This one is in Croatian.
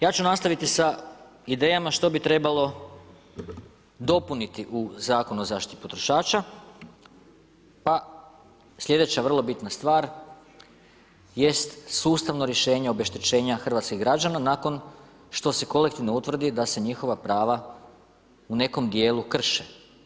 Ja ću nastaviti sa idejama što bi trebalo dopuniti u Zakon o zaštiti potrošača pa slijedeća vrlo bitna stvar jest sustavno rješenje obeštećenja hrvatskih građana nakon što se kolektivno utvrdi da se njihova prava u nekom djelu krše.